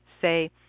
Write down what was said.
Say